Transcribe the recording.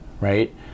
Right